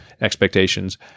expectations